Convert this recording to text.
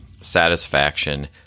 satisfaction